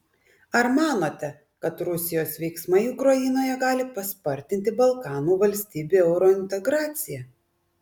ar manote kad rusijos veiksmai ukrainoje gali paspartinti balkanų valstybių eurointegraciją